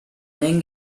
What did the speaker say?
then